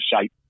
shape